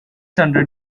hundred